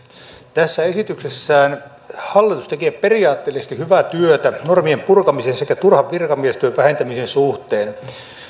tässä esityksessään hallitus tekee periaatteellisesti hyvää työtä normien purkamisen sekä turhan virkamiestyön vähentämisen suhteen